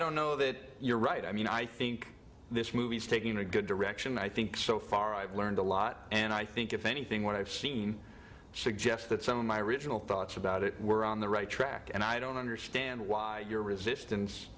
don't know that you're right i mean i think this movie is taking a good direction i think so far i've learned a lot and i think if anything what i've seen suggests that some of my original thoughts about it were on the right track and i don't understand why your resistance